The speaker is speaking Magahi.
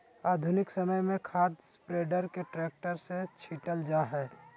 आधुनिक समय में खाद स्प्रेडर के ट्रैक्टर से छिटल जा हई